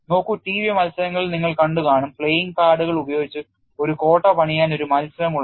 നോക്കൂ ടിവി മത്സരങ്ങളിൽ നിങ്ങൾ കണ്ടു കാണും പ്ലേയിംഗ് കാർഡുകളൾ ഉപയോഗിച്ച് ഒരു കോട്ട പണിയാൻ ഒരു മത്സരം ഉള്ളത്